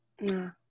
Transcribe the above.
No